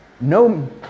no